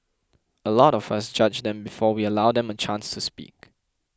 a lot of us judge them before we allow them a chance to speak